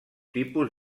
tipus